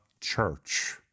church